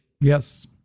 Yes